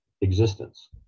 existence